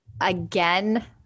again